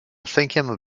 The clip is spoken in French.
cinquième